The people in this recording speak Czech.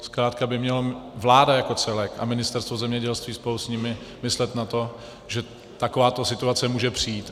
Zkrátka by měla vláda jako celek a Ministerstvo zemědělství spolu s ní myslet na to, že takováto situace může přijít.